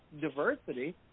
diversity